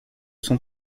son